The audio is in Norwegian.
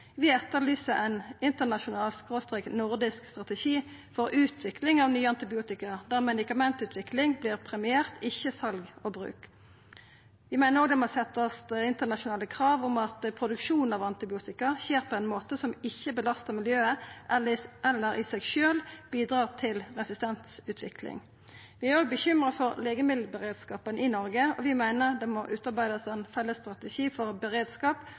Vi etterlyser ein internasjonal/nordisk strategi for utvikling av nye antibiotika, der medikamentutvikling vert premiert, ikkje sal og bruk. Vi meiner òg det må setjast internasjonale krav om at produksjon av antibiotika skjer på ein måte som ikkje belastar miljøet, eller i seg sjølv bidrar til resistensutvikling. Vi er òg bekymra for legemiddelberedskapen i Noreg, og vi meiner det må utarbeidast ein felles strategi for beredskap